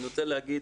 אני רוצה להגיד